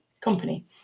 company